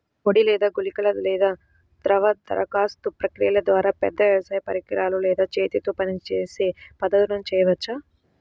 పొడి లేదా గుళికల లేదా ద్రవ దరఖాస్తు ప్రక్రియల ద్వారా, పెద్ద వ్యవసాయ పరికరాలు లేదా చేతితో పనిచేసే పద్ధతులను చేయవచ్చా?